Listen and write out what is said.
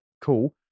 cool